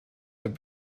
have